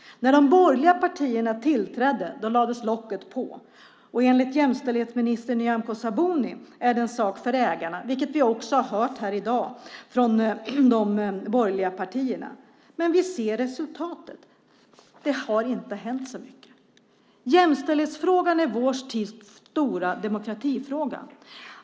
När de borgerliga partierna tillträdde lades locket på, och enligt jämställdhetsminister Nyamko Sabuni är det en sak för ägarna. Det har vi också hört här i dag från de borgerliga partierna. Men vi ser resultatet. Det har inte hänt så mycket. Jämställdhetsfrågan är vår tids stora demokratifråga.